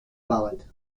ballot